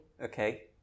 Okay